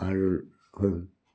আৰু হ'ল